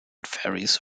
ferries